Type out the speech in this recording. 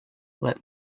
let